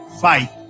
fight